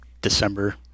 December